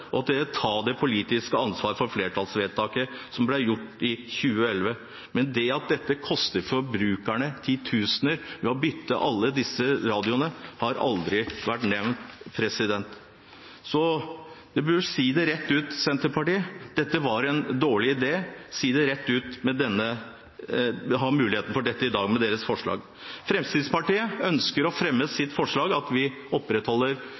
Arbeiderpartiet og SV å ta det politiske ansvaret for flertallsvedtaket som ble gjort i 2011, men det at det koster forbrukerne titusener å bytte alle disse radioene, har aldri vært nevnt. Senterpartiet bør si rett ut at dette var en dårlig idé. De har muligheten til det i dag med sitt forslag. Fremskrittspartiet ønsker å fremme sitt forslag om at vi